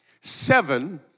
seven